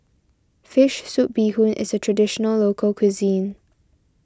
Fish Soup Bee Hoon is a Traditional Local Cuisine